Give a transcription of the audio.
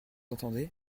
entendez